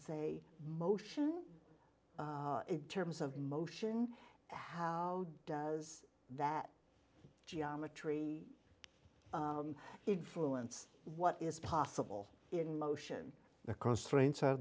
say motion in terms of motion how does that geometry influence what is possible in motion the constraints are